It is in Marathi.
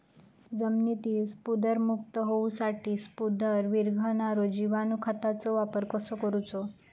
जमिनीतील स्फुदरमुक्त होऊसाठीक स्फुदर वीरघळनारो जिवाणू खताचो वापर कसो करायचो?